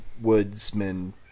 woodsman